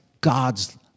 God's